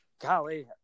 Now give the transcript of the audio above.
Golly